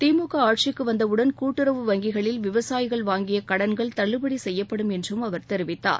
திமுக ஆட்சிக்கு வந்தவுடன் கூட்டுறவு வங்கிகளில் விவசாயிகள் வாங்கிய கடன்கள் தள்ளுபடி செய்யப்படும் என்றும் அவர் தெரிவித்தார்